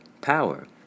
power